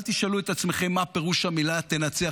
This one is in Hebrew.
אל תשאלו את עצמכם מה פירוש המילה "תנצח",